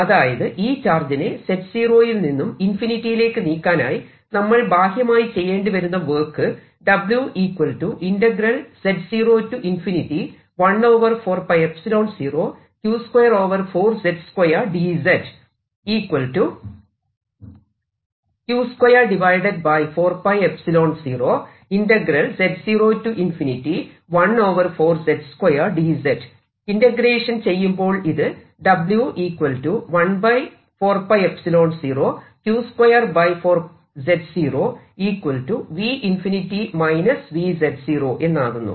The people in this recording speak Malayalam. അതായത് ഈ ചാർജിനെ z0 യിൽ നിന്നും ഇൻഫിനിറ്റിയിലേക്ക് നീക്കാനായി നമ്മൾ ബാഹ്യമായി ചെയ്യേണ്ടിവരുന്ന വർക്ക് ഇന്റഗ്രേഷൻ ചെയ്യുമ്പോൾ ഇത് എന്നാകുന്നു